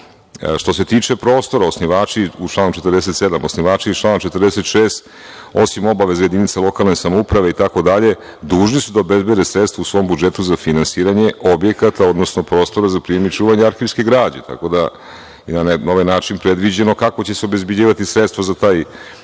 se tiče prostora, osnivači članom 47, osnivači iz člana 46, osim obaveze jedinica lokalne samouprave itd. dužni su da obezbede sredstava u svom budžetu za finansiranje objekata, odnosno prostora za prijem i čuvanje arhivske građe, tako da je na ovaj način predviđeno kako će se obezbeđivati sredstva za te